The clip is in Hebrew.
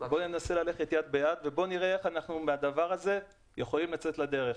בוא ננסה ללכת יד ביד ובוא נראה איך מהדבר הזה אנחנו יכולים לצאת לדרך.